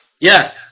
Yes